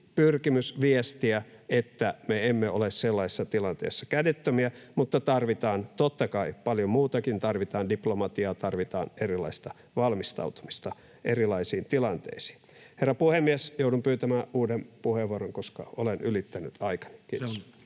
pyrkimys viestiä, että me emme ole sellaisessa tilanteessa kädettömiä, mutta tarvitaan, totta kai, paljon muutakin. Tarvitaan diplomatiaa, tarvitaan erilaista valmistautumista erilaisiin tilanteisiin. Herra puhemies! Joudun pyytämään uuden puheenvuoro, koska olen ylittänyt aikani. — Kiitos.